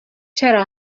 چرا